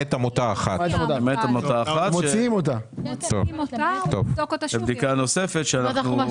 הרשימה אושרה פה אחד.